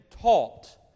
taught